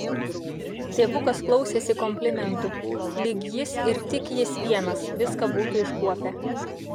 tėvukas klausėsi komplimentų lyg jis ir tik jis vienas viską būtų iškuopę